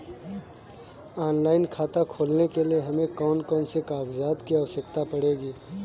Online खाता खोलने के लिए हमें कौन कौन से कागजात की आवश्यकता पड़ेगी?